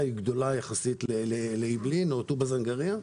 הן גדולות יחסית לאיבלין או לטובה זנגריה.